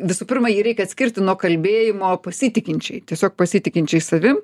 visų pirma jį reikia atskirti nuo kalbėjimo pasitikinčiai tiesiog pasitikinčiai savim